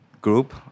group